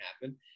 happen